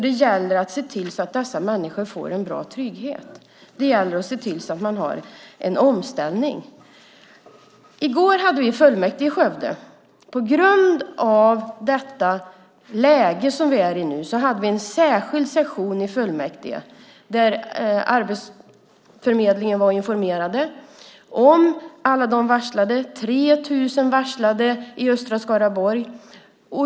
Det gäller att se till att dessa människor får en bra trygghet och att de har en omställning. I går hade vi fullmäktige i Skövde. På grund av det läge vi är i nu hade vi en särskild session i fullmäktige där Arbetsförmedlingen var med och informerade om alla de varslade. Det är 3 000 varslade i östra Skaraborg.